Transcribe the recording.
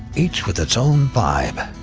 each with its own vibe.